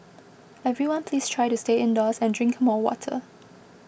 everyone please try to stay indoors and drink more water